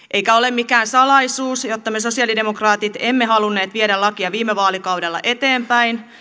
eikä ole mikään salaisuus että me sosialidemokraatit emme halunneet viedä lakia viime vaalikaudella eteenpäin